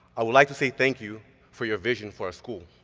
i would like to say thank you for your vision for our school.